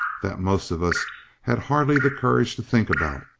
that most of us had hardly the courage to think about,